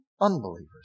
unbelievers